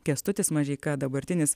kęstutis mažeika dabartinis